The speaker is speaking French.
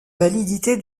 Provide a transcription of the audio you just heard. validité